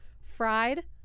Fried